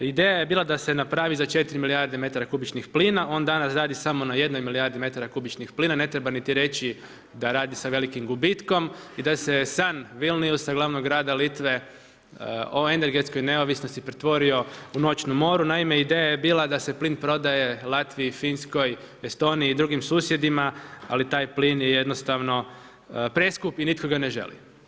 Ideja je bila da se napravi za 4 milijarde metar kubičnog plina, on danas radi samo na 1 milijardi metara kubičnih plina, ne treba niti reći da radi sa velikim gubitkom i da se sam Vilnius, glavnog grada Litve o energetskoj neovisnosti pretvorio u noćnu moru, naime ideja je bila da se plin prodaje Latviji, Finskoj, Estoniji i drugim susjedima, ali taj plin je jednostavno preskup i nitko ga ne želi.